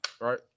right